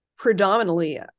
predominantly